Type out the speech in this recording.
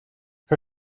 her